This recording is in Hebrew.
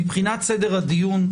מבחינת סדר הדיון,